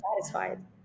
satisfied